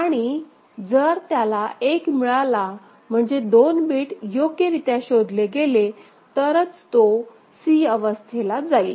आणि जर त्याला 1 मिळाला म्हणजे दोन बिट योग्यरीत्या शोधले गेले तरच तो c अवस्थेला जाईल